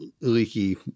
leaky